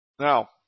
Now